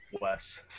Wes